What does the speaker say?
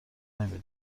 نمی